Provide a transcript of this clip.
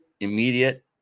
Immediate